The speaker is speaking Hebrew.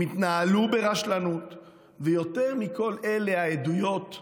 הם התנהלו ברשלנות ויותר מכל אלה, העדויות,